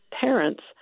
parents